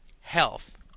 health